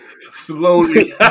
Slowly